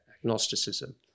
agnosticism